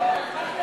כנ"ל.